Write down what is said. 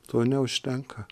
to neužtenka